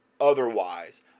otherwise